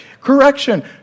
Correction